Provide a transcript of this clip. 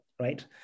right